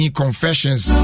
confessions